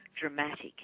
dramatic